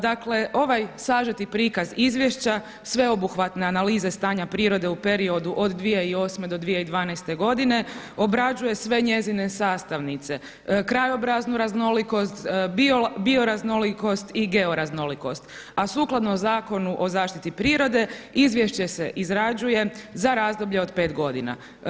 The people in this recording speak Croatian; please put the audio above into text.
Dakle ovaj sažeti prikaz izvješća sveobuhvatne analize stanja prirode u periodu od 2008. do 2012. godine obrađuje sve njezine sastavnice, krajobraznu raznolikost, bioraznolikost i georaznolikost a sukladno Zakonu o zaštiti prirode izvješće se izrađuje za razdoblje od 5 godina.